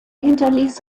hinterließ